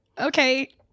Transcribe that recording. Okay